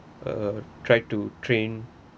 uh try to train